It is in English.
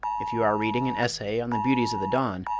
if you are reading an essay on the beauties of the dawn,